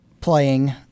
playing